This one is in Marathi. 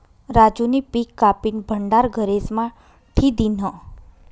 राजूनी पिक कापीन भंडार घरेस्मा ठी दिन्हं